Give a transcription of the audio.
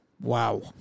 Wow